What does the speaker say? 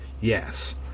yes